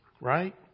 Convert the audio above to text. right